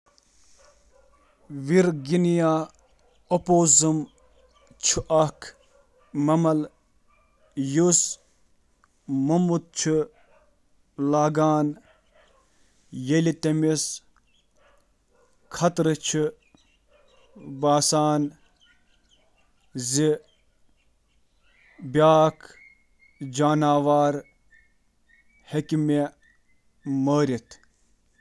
آ، واریاہ تھنہٕ دار جانور چھِ یِم خطرٕ وِزِ موٗدمُت گِنٛدنہٕ خٲطرٕ زاننہٕ چھِ یِوان، یِمَن منٛز ورجینیا اوپوسم، بطخ تہٕ سور شٲمِل چھِ۔